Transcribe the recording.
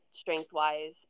strength-wise